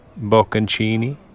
bocconcini